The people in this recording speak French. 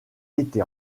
été